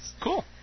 cool